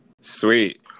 sweet